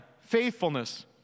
faithfulness